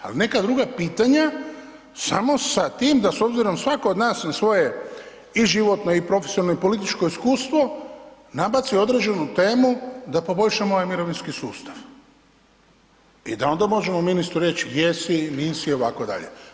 Ali neka druga pitanja samo sa tim da s obzirom svako od nas na svoje i životno i profesionalno i političko iskustvo nabaci određenu temu da poboljšamo ovaj mirovinski sustav i da onda možemo ministru reći jesi, nisi itd.